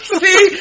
see